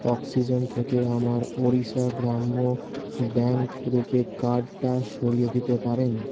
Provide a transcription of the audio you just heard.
oxygen থেকে আমার Odisha Gramya Bank RuPay কার্ডটা সরিয়ে দিতে পারেন